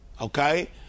okay